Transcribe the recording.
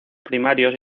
primarios